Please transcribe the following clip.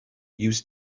use